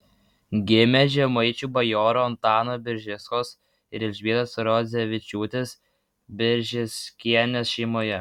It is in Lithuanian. gimė žemaičių bajorų antano biržiškos ir elzbietos rodzevičiūtės biržiškienės šeimoje